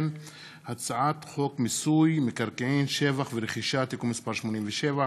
הצעת חוק מיסוי מקרקעין (שבח ורכישה) (תיקון מס' 87),